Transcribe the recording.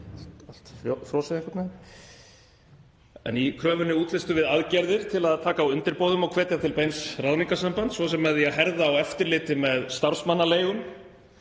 Í kröfunni útlistum við aðgerðir til að taka á undirboðum og hvetja til beins ráðningarsambands, svo sem með því að herða eftirlit með starfsmannaleigum,